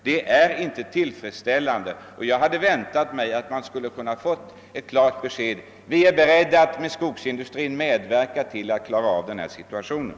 Det är inte tillfredsställande, och jag hade väntat mig ett klart besked om att man är beredd att tillsammans med skogsindustrin hjälpa till att klara situationen.